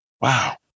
wow